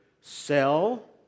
sell